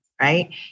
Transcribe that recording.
right